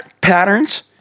patterns